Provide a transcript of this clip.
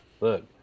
Look